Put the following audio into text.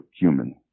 human